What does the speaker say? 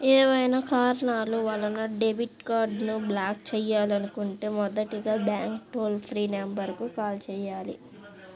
ఏవైనా కారణాల వలన డెబిట్ కార్డ్ని బ్లాక్ చేయాలనుకుంటే మొదటగా బ్యాంక్ టోల్ ఫ్రీ నెంబర్ కు కాల్ చేయాలి